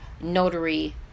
notary